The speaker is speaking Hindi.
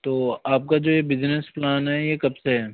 तो आपका जो ये बिजनेस प्लान है ये कब से हैं